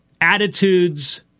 attitudes